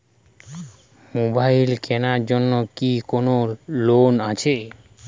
Mobile কেনার জন্য কি কোন লোন আছে?